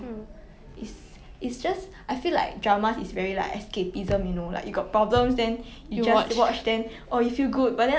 mm that's true that's true